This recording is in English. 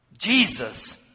Jesus